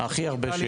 כמה הכי הרבה?